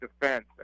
Defense